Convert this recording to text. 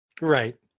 Right